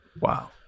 Wow